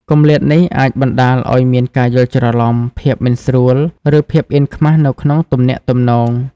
គម្លាតនេះអាចបណ្តាលឱ្យមានការយល់ច្រឡំ ភាពមិនស្រួល ឬភាពអៀនខ្មាសនៅក្នុងទំនាក់ទំនង។